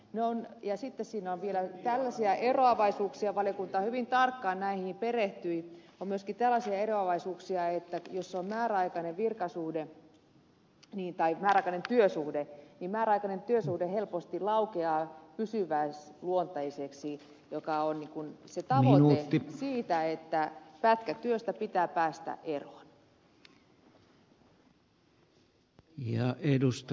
ja sitten siinä on vielä tällaisia eroavaisuuksia valiokunta hyvin tarkkaan näihin perehtyi että jos on määräaikainen työsuhde niin se helposti laukeaa pysyväisluonteiseksi ja se tavoite on että pätkätyöstä pitää päästä eroon